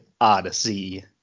Odyssey